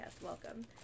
Welcome